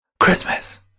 Christmas